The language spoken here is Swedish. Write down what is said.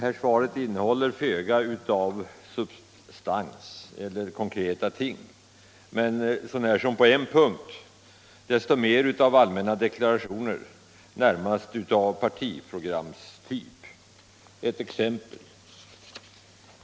Där finns föga av substans eller av konkreta ting men — så när som på en punkt — desto mer av allmänna deklarationer närmast av partiprogramstyp. Ett exempel.